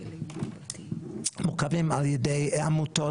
מוקמים על ידי עמותות,